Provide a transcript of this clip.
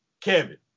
Kevin